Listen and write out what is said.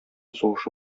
сугышы